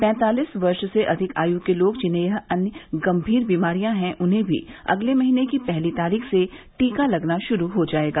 पैंतालिस वर्ष से अधिक आयु के लोग जिन्हें अन्य गंभीर बीमारियां हैं उन्हें भी अगले महीने की पहली तारीख से टीका लगना शुरू हो जायेगा